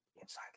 Inside